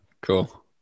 Cool